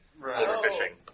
Overfishing